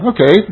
Okay